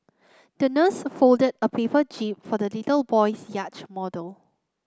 the nurse folded a paper jib for the little boy's yacht model